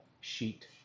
sheet